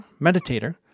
meditator